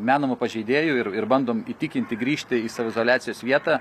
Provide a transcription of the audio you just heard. menamu pažeidėju ir bandom įtikinti grįžti į saviizoliacijos vietą